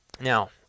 now